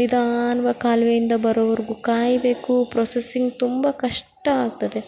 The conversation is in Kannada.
ನಿಧಾನವಾಗಿ ಕಾಲುವೆಯಿಂದ ಬರೋವರೆಗೂ ಕಾಯಬೇಕು ಪ್ರೋಸೆಸಿಂಗ್ ತುಂಬ ಕಷ್ಟ ಆಗ್ತದೆ